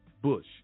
Bush